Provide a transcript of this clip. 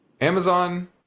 Amazon